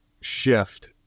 shift